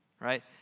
right